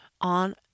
on